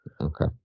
Okay